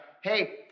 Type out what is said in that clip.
hey